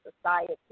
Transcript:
society